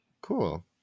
cool